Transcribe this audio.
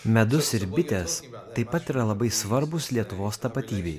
medus ir bitės taip pat yra labai svarbūs lietuvos tapatybei